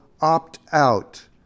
opt-out